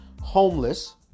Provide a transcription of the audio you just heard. Homeless